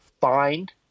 find